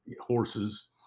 horses